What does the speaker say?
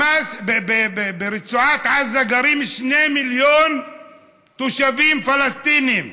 ברצועת עזה גרים שני מיליון תושבים פלסטינים,